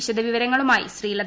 വിശദ വിവരങ്ങളുമായി ശ്രീലത